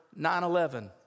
9-11